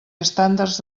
estàndards